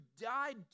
died